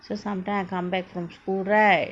so sometimes I come back from school right